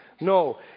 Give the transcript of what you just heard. No